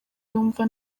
yumva